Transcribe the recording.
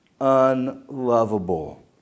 unlovable